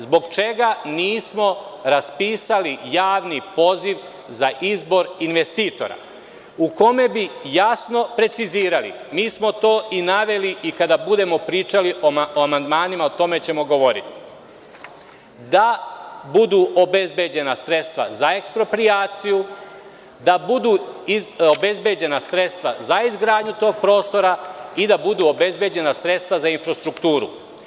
Zbog čega nismo raspisali javni poziv za izbor investitora u kome bi jasno precizirali, mi smo to naveli, i kada budemo pričali o amandmanima o tome ćemo govoriti da budu obezbeđena sredstva za eksproprijaciju, da budu obezbeđena sredstva za izgradnju tog prostora i da budu obezbeđena sredstva za infrastrukturu?